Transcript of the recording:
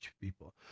people